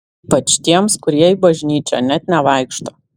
ypač tiems kurie į bažnyčią net nevaikšto